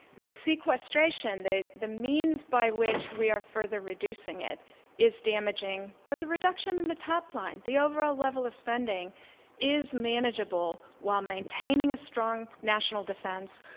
the sequestration, the the means by which we are further reducing it is damaging, but the reduction in the top line, the overall level of spending is manageable while maintaining a strong national defense,